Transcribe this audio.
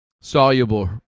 soluble